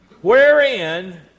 Wherein